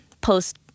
post